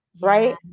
Right